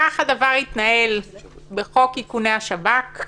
כך הדבר התנהל בחוק איכוני השב"כ,